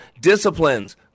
disciplines